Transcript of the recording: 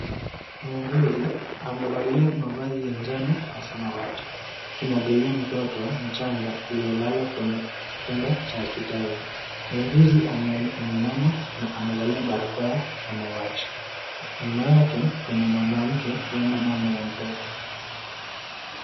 Muuguzi amevalia mavazi ya njano na samawati akimwangalia mtoto mchanga aliyelala kwenye kitanda cha hospitali muuguzi ameinama na amevalia barakoa ya samawati nyuma yake kuna mwanamke huenda mama ya mtoto.